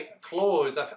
close